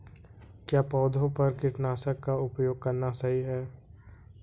क्या पौधों पर कीटनाशक का उपयोग करना सही है?